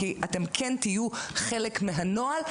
כי אתם כן תהיו חלק מהנוהל,